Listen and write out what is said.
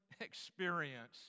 experience